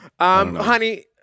Honey